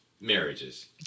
marriages